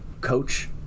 coach